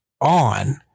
on